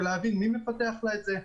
ולהבין מי מפתח לה את זה,